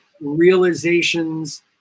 realizations